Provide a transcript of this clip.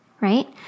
Right